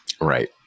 Right